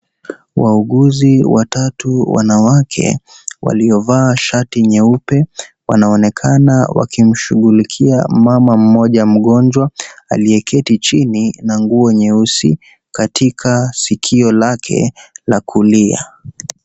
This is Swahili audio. Wauguzi watatu wanawake waliovaa shati nyeupe, wanaonekana wakimshughulikia mama mmoja mgonjwa aliyeketi chini na nguo nyeusi, katika sikio lake la kulia.